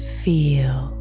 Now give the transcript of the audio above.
feel